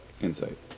insight